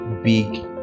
big